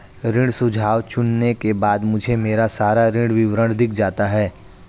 ऋण सुझाव चुनने के बाद मुझे मेरा सारा ऋण विवरण दिख जाता है